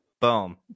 Boom